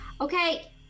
Okay